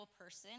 person